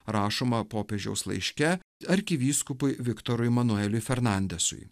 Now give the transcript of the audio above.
rašoma popiežiaus laiške arkivyskupui viktorui emanueliui fernandesui